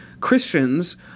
Christians